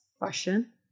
question